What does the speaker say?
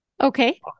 Okay